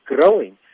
growing